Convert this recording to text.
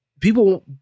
people